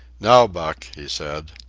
now, buck, he said.